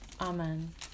amen